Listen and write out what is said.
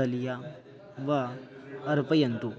दलिया वा अर्पयन्तु